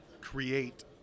create